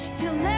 till